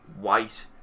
white